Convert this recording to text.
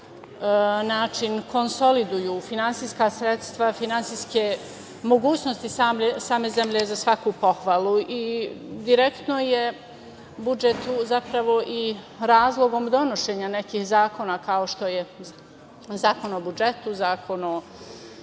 način konsoliduju finansijska sredstva, finansijske mogućnosti same zemlje je za svaku pohvalu. Direktno je budžet tu zapravo i razlog donošenja nekih zakona, kao što je Zakon o budžetu, Zakon o